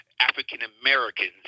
African-Americans